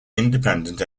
independent